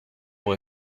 pour